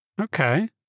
Okay